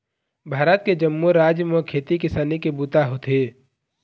भारत के जम्मो राज म खेती किसानी के बूता होथे